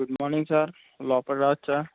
good morning sir లోపలికి రావచ్చా